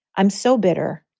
i'm so bitter.